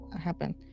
happen